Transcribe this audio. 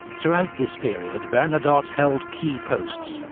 throughout this period bernadotte held key posts,